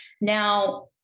Now